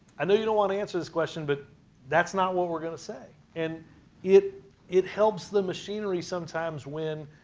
i know you don't want to answer this question, but that's not what we're going to say. and it it helps the machinery sometimes when,